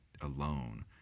alone